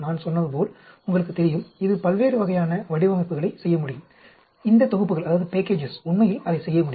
நான் சொன்னது போல் உங்களுக்கு தெரியும் இது பல்வேறு வகையான வடிவமைப்புகளை செய்ய முடியும் இந்த தொகுப்புகள் உண்மையில் அதை செய்ய முடியும்